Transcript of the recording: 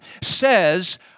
says